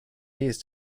ist